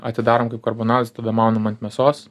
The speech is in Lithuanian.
atidarom kaip karbonadus tada maunam ant mėsos